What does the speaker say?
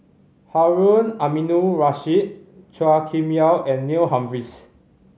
Harun Aminurrashid Chua Kim Yeow and Neil Humphreys